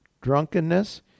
drunkenness